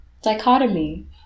Dichotomy